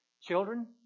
Children